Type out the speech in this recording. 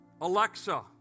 Alexa